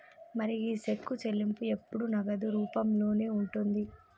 మరి గీ సెక్కు చెల్లింపు ఎప్పుడు నగదు రూపంలోనే ఉంటుంది